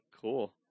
cool